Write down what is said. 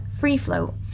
Freefloat